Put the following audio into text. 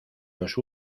los